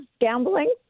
gambling